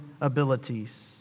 abilities